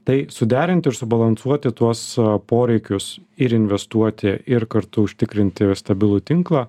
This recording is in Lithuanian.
tai suderinti ir subalansuoti tuos poreikius ir investuoti ir kartu užtikrinti ir stabilų tinklą